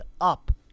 up